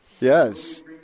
Yes